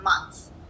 months